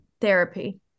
therapy